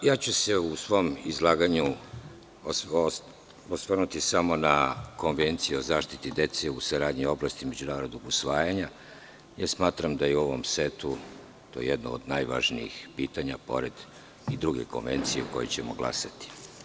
U svom izlaganju ću se osvrnuti samo na Konvenciju o zaštiti dece u saradnji u oblasti međunarodnog usvajanja, jer smatram da je u ovom setu to jedno od najvažnijih pitanja, pored druge konvencije o kojoj ćemo glasati.